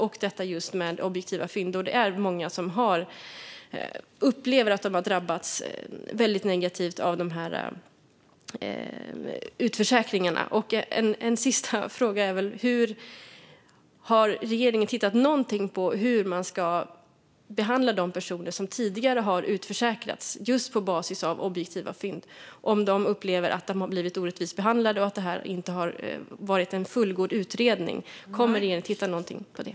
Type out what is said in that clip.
När det gäller just detta med objektiva fynd är det många som upplever att de har drabbats väldigt negativt av dessa utförsäkringar. En sista fråga är: Har regeringen tittat någonting på hur man ska behandla de personer som tidigare har utförsäkrats just på basis av objektiva fynd, och om de upplever att de har blivit orättvist behandlade och att det inte har varit en fullgod utredning? Kommer regeringen att titta någonting på det?